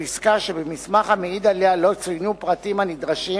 או עסקה שבמסמך המעיד עליה לא צוינו הפרטים הנדרשים,